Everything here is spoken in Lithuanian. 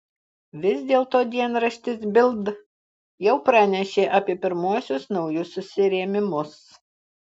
vis dėlto dienraštis bild jau pranešė apie pirmuosius naujus susirėmimus